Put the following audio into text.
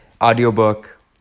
Audiobook